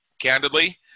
candidly